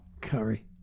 Curry